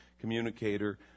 communicator